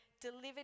delivered